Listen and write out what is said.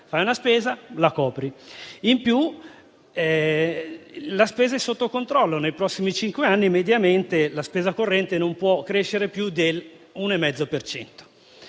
fai una spesa, la copri. In più, la spesa è sotto controllo: nei prossimi cinque anni, mediamente, la spesa corrente non può crescere più dell'1,5